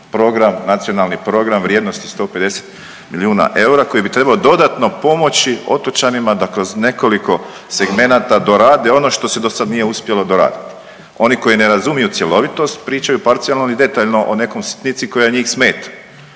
program, nacionalni program vrijednosti 150 milijuna eura koji bi trebao dodatno pomoći otočanima da kroz nekoliko segmenata dorade ono što se do sad nije uspjelo doraditi. Oni koji ne razumiju cjelovitost, pričaju parcijalno i detaljno o nekoj sitnici koja njih smeta,